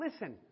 listen